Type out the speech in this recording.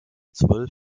zwölf